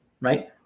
right